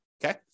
Okay